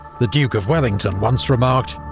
the duke of wellington once remarked,